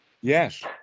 Yes